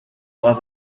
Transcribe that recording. was